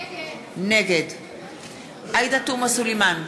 נגד עאידה תומא סלימאן,